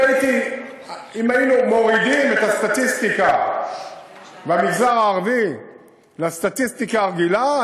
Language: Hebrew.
אם היינו מורידים את הסטטיסטיקה במגזר הערבי לסטטיסטיקה הרגילה,